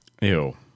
Ew